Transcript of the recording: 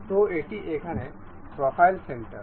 সুতরাং এটি এখানে প্রোফাইল সেন্টার